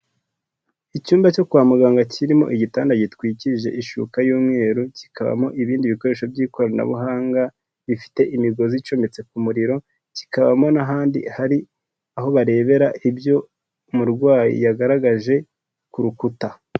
Icyumba cyo kwa muganga kirimo igitanda gitwikirije ishuka y'umweru, kikabamo ibindi bikoresho by'ikoranabuhanga, bifite imigozi icometse ku muriro, kikabamo n'ahandi hari aho barebera ibyo umurwayi yagaragaje ku rukuta.